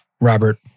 Robert